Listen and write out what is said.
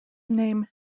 name